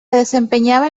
desempeñaba